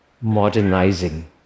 modernizing